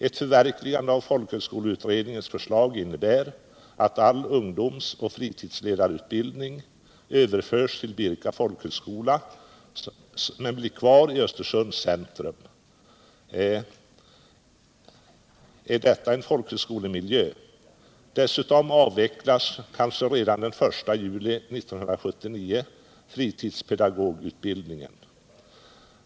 Ett förverkligande av folkhögskoleutredningens förslag innebär att all ungdomsoch fritidsledarutbildning överförs till Birka folkhögskola men blir kvar i Östersunds centrum. Är detta folkhögskolemiljö? Dessutom avvecklas kanske redan den 1 juli 1979 fritidspedagogutbildningen.